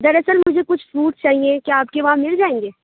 دراصل مجھے کچھ فروٹس چاہیے کیا آپ کے وہاں مل جائیں گے